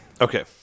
Okay